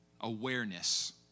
awareness